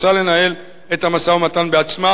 רוצה לנהל את המשא-ומתן בעצמה.